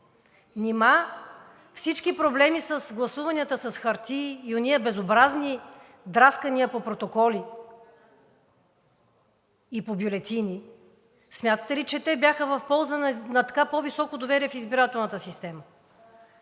Нима всички проблеми с гласуванията с хартии и онези безобразни драскания по протоколи и бюлетини – смятате ли, че те бяха в полза на по-високо доверие в избирателната система?!